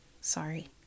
Sorry